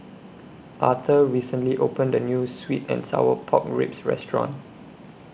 Auther recently opened A New Sweet and Sour Pork Ribs Restaurant